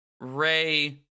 Ray